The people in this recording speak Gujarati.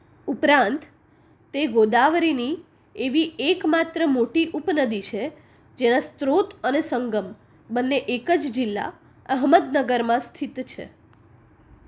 ઉપરાંત તે ગોદાવરીની એવી એકમાત્ર મોટી ઉપનદી છે જેના સ્ત્રોત અને સંગમ બંને એક જ જિલ્લા અહમદનગરમાં સ્થિત છે